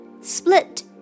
split